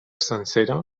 sencera